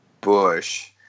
Bush